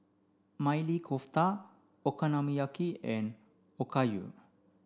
Maili Kofta Okonomiyaki and Okayu